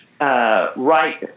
right